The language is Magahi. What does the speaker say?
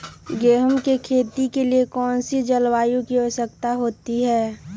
गेंहू की खेती के लिए कौन सी जलवायु की आवश्यकता होती है?